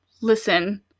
listen